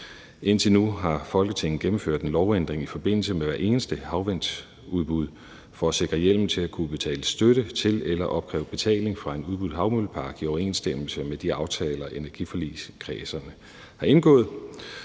Indtil nu har Folketinget gennemført en lovændring i forbindelse med hvert eneste havvindsudbud for at sikre hjemmel til at kunne betale støtte til eller opkræve betaling fra en udbudt havvindmøllepark i overensstemmelse med de aftaler, energiforligskredsen har indgået.